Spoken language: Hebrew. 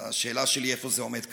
השאלה שלי: איפה זה עומד כרגע?